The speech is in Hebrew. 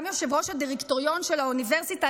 גם יושב-ראש הדירקטוריון של האוניברסיטה,